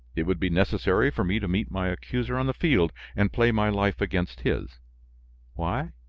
it would be necessary for me to meet my accuser on the field, and play my life against his why?